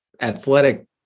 athletic